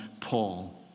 Paul